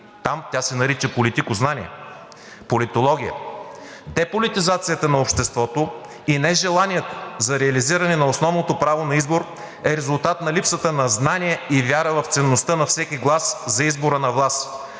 там тя се нарича „политикознание, политология“. Деполитизацията на обществото и нежеланието за реализиране на основното право на избор е резултат на липсата на знание и вяра в ценността на всеки глас за избора на власт,